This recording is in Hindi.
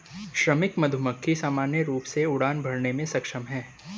श्रमिक मधुमक्खी सामान्य रूप से उड़ान भरने में सक्षम हैं